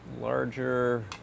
larger